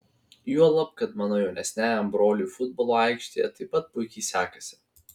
juolab kad mano jaunesniajam broliui futbolo aikštėje taip pat puikiai sekasi